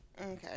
Okay